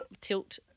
tilt